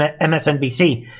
MSNBC